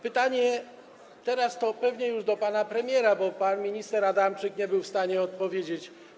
Pytanie pewnie teraz to już do pana premiera, bo pan minister Adamczyk nie był w stanie odpowiedzieć.